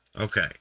Okay